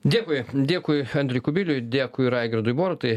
dėkui dėkui andriui kubiliui dėkui raigardui borutai